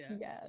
Yes